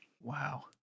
Wow